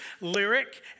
Lyric